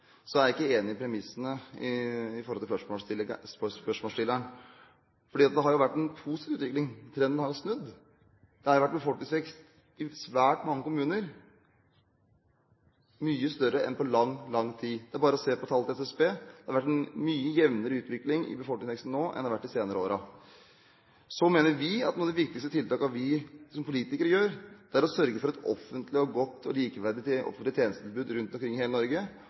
premissene til spørsmålsstilleren, for det har jo vært en positiv utvikling – trenden har jo snudd. Det har jo vært befolkningstilvekst i svært mange kommuner – mye større enn på lang, lang tid. Det er bare å se på tallene til SSB. Det har vært en mye jevnere utvikling i befolkningstilveksten nå enn det har vært de senere årene. Så mener vi at noen av de viktigste tiltakene vi som politikere gjør, er å sørge for et godt og likeverdig offentlig tjenestetilbud rundt omkring i hele Norge.